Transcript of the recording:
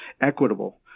equitable